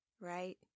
right